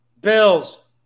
Bills